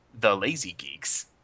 thelazygeeks